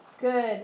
Good